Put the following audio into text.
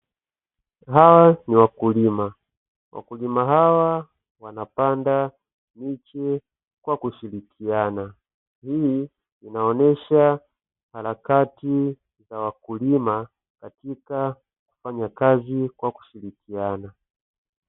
Hawa ni wakulima, wakulima hawa wanapanda miche kwa kushirikiana. Hii inaonyesha harakati za wakulima katika kufanya kazi kwa kushirikiana.